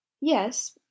Yes